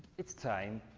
its time,